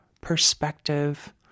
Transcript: perspective